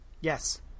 Yes